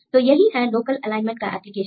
तो यही है लोकल एलाइनमेंट का एप्लीकेशन